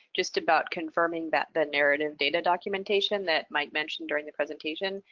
just about confirming that the narrative data documentation, that mike mentioned during the presentation,